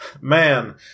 man